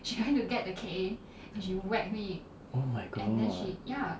oh my god